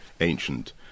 ancient